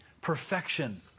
perfection